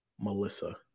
Melissa